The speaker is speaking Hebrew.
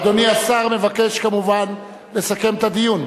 אדוני השר מבקש כמובן לסכם את הדיון,